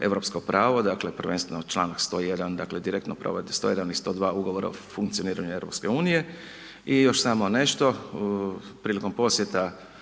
europsko pravo, dakle prvenstveno članak 101. dakle direktno .../Govornik se ne razumije./... 101. i 102. ugovora o funkcioniranju EU. I još samo nešto, prilikom posjeta